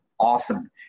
awesome